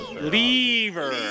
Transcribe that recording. Lever